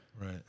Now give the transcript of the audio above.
Right